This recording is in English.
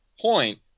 point